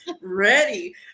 ready